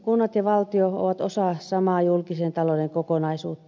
kunnat ja valtio ovat osa samaa julkisen talouden kokonaisuutta